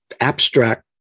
abstract